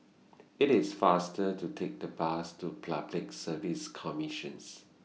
It's faster to Take The Bus to Public Service Commission